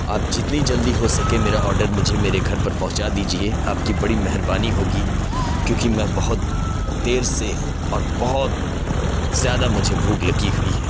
آپ جتنی جلدی ہو سکے میرا آڈر مجھے میرے گھر پر پہنچا دیجیے آپ کی بڑی مہربانی ہوگی کیونکہ میں بہت دیر سے اور بہت زیادہ مجھے بھوک لگی ہوئی ہے